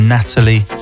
Natalie